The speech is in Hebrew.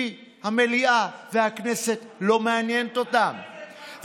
כי המליאה והכנסת לא מעניינת אותם.